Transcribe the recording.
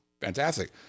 fantastic